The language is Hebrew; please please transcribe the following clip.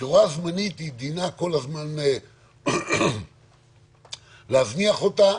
כי הוראה זמנית דינה כל הזמן להזניח אותה,